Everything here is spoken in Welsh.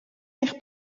eich